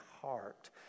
heart